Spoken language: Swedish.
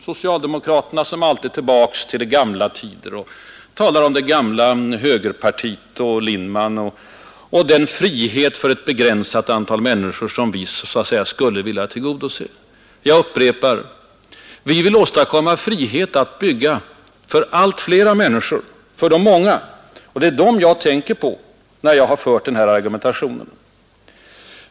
Socialdemokraterna går som alltid tillbaka till gamla tider och talar om det gamla högerpartiet, om Lindman och om den ”frihet för ett begränsat antal människor” som vi skulle vilja tillgodose. Jag upprepar att vi vill åstadkomma frihet att bygga för allt flera människor, för de många. Det är dem jag tänker på, när jag har argumenterat i dag.